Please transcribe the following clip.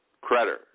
creditor